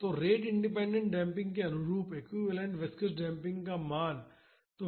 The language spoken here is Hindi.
तो रेट इंडिपेंडेंट डेम्पिंग के अनुरूप एक्विवैलेन्ट विस्कॉस डेम्पिंग का मान क्या है